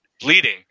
bleeding